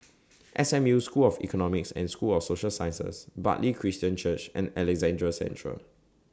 S M U School of Economics and School of Social Sciences Bartley Christian Church and Alexandra Central